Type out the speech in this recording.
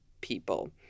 people